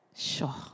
Sure